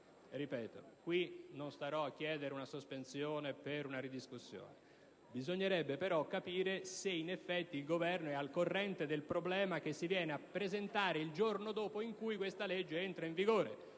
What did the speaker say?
questo caso non starò a chiedere una sospensione per una nuova discussione. Bisognerebbe però capire se, in effetti, il Governo è al corrente del problema che si andrà a presentare il giorno dopo in cui questa legge entrerà in vigore: